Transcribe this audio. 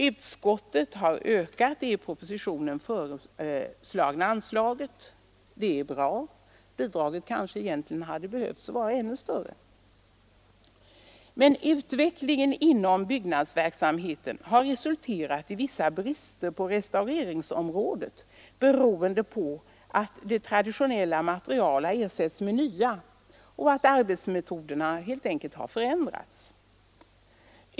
Utskottet har något ökat det i propositionen föreslagna anslaget. Det är bra, men bidraget hade kanske behövt vara ännu större. Utvecklingen inom byggnadsverksamheten har resulterat i vissa brister på restaureringsområdet beroende på att traditionella material ersatts med nya och arbetsmetoderna har förändrats.